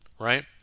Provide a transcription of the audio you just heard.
Right